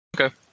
Okay